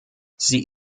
sie